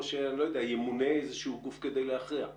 או שימונה איזשהו גוף כדי להכריע.